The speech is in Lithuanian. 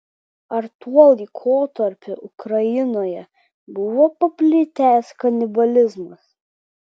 ar tuo laikotarpiu ukrainoje buvo paplitęs kanibalizmas